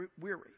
weary